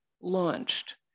launched